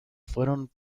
fueron